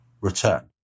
return